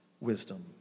wisdom